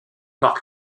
par